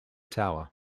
tower